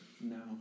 No